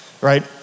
right